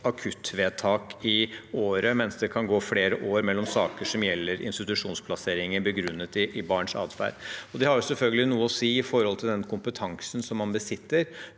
akuttvedtak i året, mens det kan gå flere år mellom saker som gjelder institusjonsplasseringer begrunnet i barns adferd. Det har selvfølgelig noe å si for den kompetansen man besitter